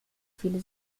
viele